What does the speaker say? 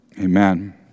Amen